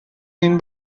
این